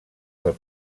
del